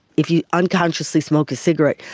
if you unconsciously smoke a cigarette,